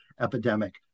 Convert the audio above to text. epidemic